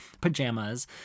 pajamas